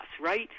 right